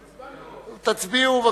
תצביעו.